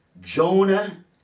Jonah